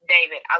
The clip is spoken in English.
David